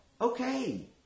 okay